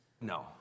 no